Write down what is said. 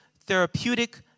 Therapeutic